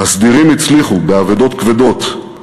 הסדירים הצליחו, באבדות כבדות,